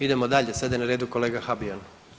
Idemo dalje, sad je na redu kolega Habijan.